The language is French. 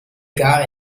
gars